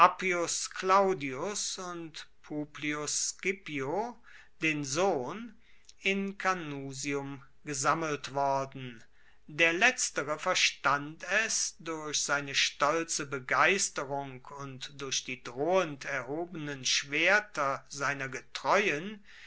claudius und publius scipio den sohn in canusium gesammelt worden der letztere verstand es durch seine stolze begeisterung und durch die drohend erhobenen schwerter seiner getreuen